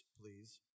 please